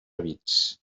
bits